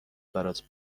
برات